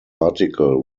article